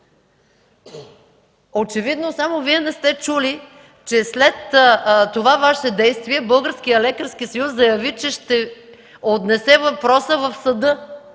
Очевидно само Вие не сте чули, че след това Ваше действие Българският лекарски съюз заяви, че ще отнесе въпроса в съда.